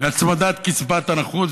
והצמדת קצבת הנכות,